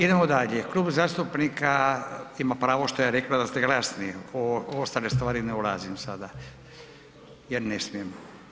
Idemo dalje, klub zastupnika, ima pravo što je rekla da ste glasni, u ostale stvari ne ulazim sada jer ne smijem.